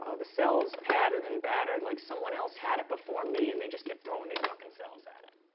ah the cells padded and battered like someone else had it before me and they just kept throwing they fucking selves at it